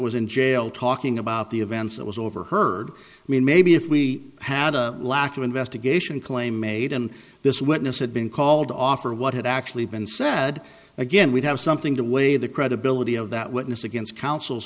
was in jail talking about the events that was overheard i mean maybe if we had a lack of investigation claim made and this witness had been called off or what had actually been said again we'd have something to weigh the credibility of that witness against counsel's